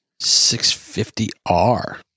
650R